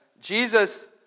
Jesus